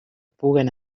puguen